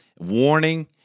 warning